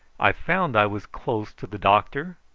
i found i was close to the doctor,